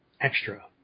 extra